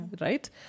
right